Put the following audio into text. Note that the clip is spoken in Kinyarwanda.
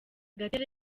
gatera